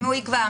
מי יקבע?